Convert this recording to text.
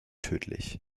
tödlich